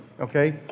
okay